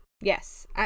yes